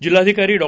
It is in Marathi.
जिल्हाधिकारी डॉ